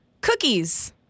cookies